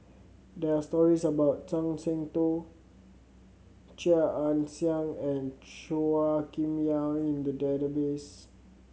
there are stories about Zhuang Shengtao Chia Ann Siang and Chua Kim Yeow in the database